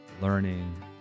learning